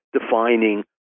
defining